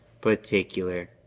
particular